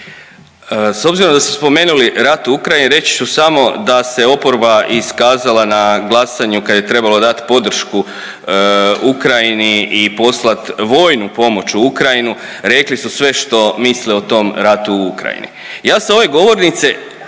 S obzirom da ste spomenuli rat u Ukrajini reći ću samo da se oporba iskazala na glasanju kad je trebalo dati podršku Ukrajini i poslat vojnu pomoć u Ukrajinu. Rekli su sve što misle o tom ratu u Ukrajini. Ja sa ove govornice